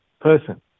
person